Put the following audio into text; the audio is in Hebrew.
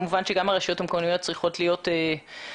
כמובן שגם הרשויות המקומיות צריכות להיות מעורבות